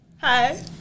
Hi